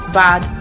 bad